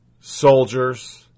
Soldiers